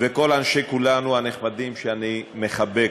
וכל אנשי כולנו הנחמדים, שאני מחבק,